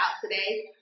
today